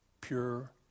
pure